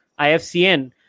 IFCN